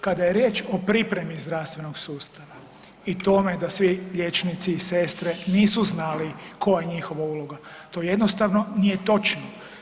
Kada je riječ o pripremi zdravstvenog sustava i tome da svi liječnici i sestre nisu znali koja je njihova uloga, to jednostavno nije točno.